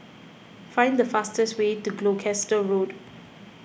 find the fastest way to Gloucester Road